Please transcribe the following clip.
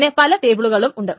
പിന്നെ പല ടേബിളുകളും ഉണ്ട്